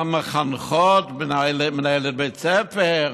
המחנכות, מנהלת בית הספר.